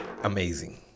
Amazing